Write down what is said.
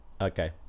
Okay